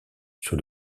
sur